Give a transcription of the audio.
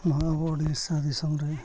ᱱᱚᱣᱟ ᱟᱵᱚ ᱩᱲᱤᱥᱥᱟ ᱫᱤᱥᱚᱢ ᱨᱮ